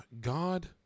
God